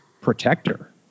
protector